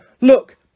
Look